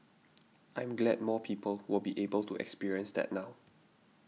I'm glad more people will be able to experience that now